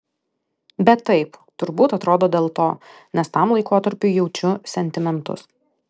bet taip turbūt atrodo dėl to nes tam laikotarpiui jaučiu sentimentus